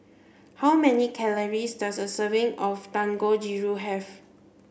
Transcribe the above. how many calories does a serving of Dangojiru have